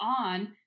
on